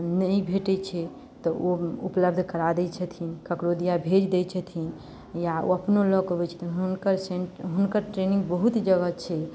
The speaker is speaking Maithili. नहि भेटै छै तऽ ओ उपलब्ध करा दै छथीन ककरो दीया भेज दै छथीन या ओ अपनो लऽ कऽ अबै छथीन हुनकर सेण्टर हुनकर ट्रेनिंग बहुत जगह छै